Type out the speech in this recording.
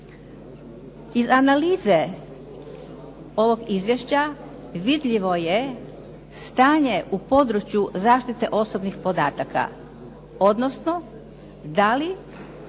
Iz analize ovog izvješća vidljivo je stanje u području zaštite osobnih podataka, odnosno da li